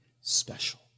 special